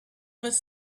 was